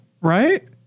right